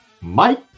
Mike